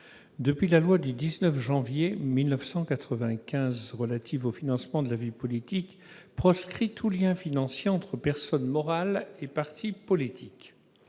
depuis la loi du 19 janvier 1995 relative au financement de la vie politique, proscrit tout lien financier entre personnes morales et partis politiques.